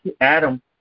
Adam